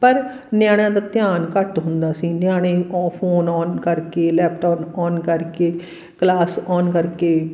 ਪਰ ਨਿਆਣਿਆਂ ਦਾ ਧਿਆਨ ਘੱਟ ਹੁੰਦਾ ਸੀ ਨਿਆਣੇ ਕੌ ਫ਼ੋਨ ਔਨ ਕਰਕੇ ਲੈਪਟੋਪ ਔਨ ਕਰਕੇ ਕਲਾਸ ਔਨ ਕਰਕੇ